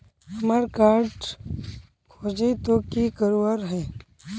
हमार कार्ड खोजेई तो की करवार है?